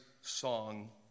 song